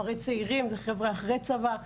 כפרי צעירים זה חבר'ה אחרי צבא,